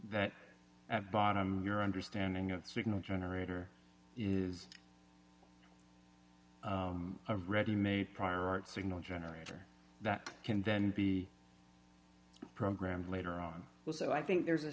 that at bottom your understanding of signal generator is a ready made prior art signal generator that can then be program later on so i think there's a